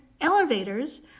elevators